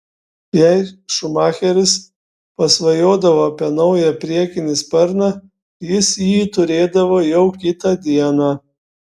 jei schumacheris pasvajodavo apie naują priekinį sparną jis jį turėdavo jau kitą dieną